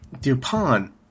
Dupont